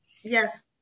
Yes